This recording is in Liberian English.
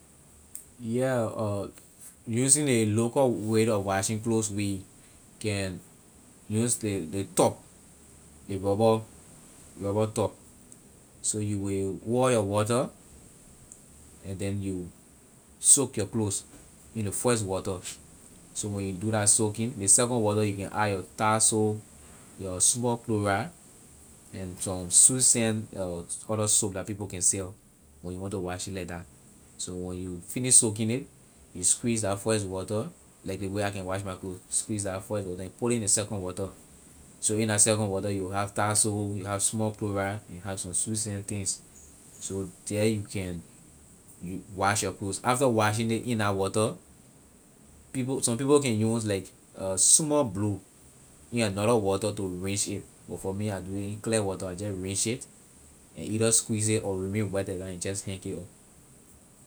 Yeah using ley local way of washing clothes we can use ley ley tub ley rubber tub so you will haul your water and then you soak your clothes in ley first water so when you do la soaking ley second water you can add your tie soap your small chloride and some sweet scent other soap la people can sell when you want to wash it like that so when you finish soaking it you squeeze la first water like ley way I can wash my clothes squeeze la first water put ley in ley second water so in la second water you have tie soap you have small chloride you have some sweet scent things so the you can wash your clothes after washing it in la water people some people can use like small blue in another water to rinse it but for me I do it in clear water I just rinse it and either squeeze it or remain wet like that and just hang it up.